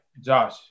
Josh